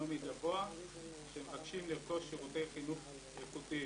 סוציו-אקונומי גבוה שמבקשים לרכוש שירותי חינוך איכותיים.